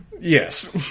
Yes